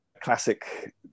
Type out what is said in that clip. classic